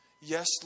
Yes